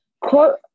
Quote